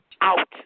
out